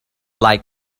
like